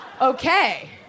okay